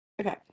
Okay